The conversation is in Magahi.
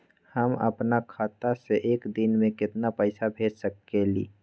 हम अपना खाता से एक दिन में केतना पैसा भेज सकेली?